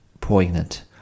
poignant